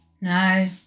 No